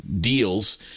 deals